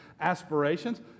aspirations